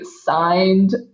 signed